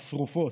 השרופות.